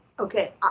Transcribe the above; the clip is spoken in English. Okay